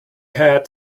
had